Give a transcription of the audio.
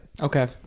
Okay